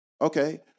Okay